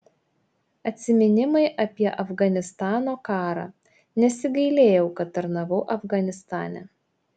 atsiminimai apie afganistano karą nesigailėjau kad tarnavau afganistane